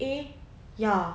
eh ya